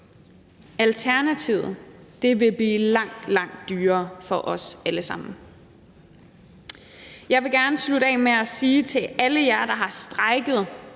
Alternativet vil blive langt, langt dyrere for os alle sammen. Jeg vil gerne slutte af med at sige til alle jer, der har strejket,